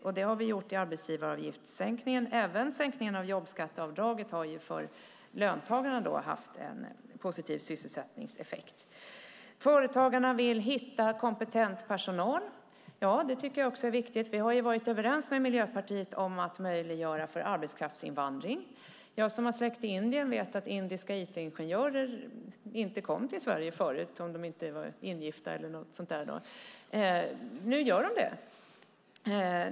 Därför har vi sänkt arbetsgivaravgifterna. Även sänkningen av jobbskatteavdraget har haft en positiv sysselsättningseffekt för löntagarna. Företagarna vill hitta kompetent personal. Det tycker jag också är viktigt. Vi har varit överens med Miljöpartiet om att möjliggöra för arbetskraftsinvandring. Jag som har släkt i Indien vet att indiska it-ingenjörer inte kom till Sverige förut om de inte var till exempel ingifta, men nu gör de det.